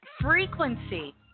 frequency